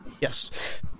yes